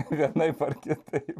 vienaip ar kitaip